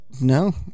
No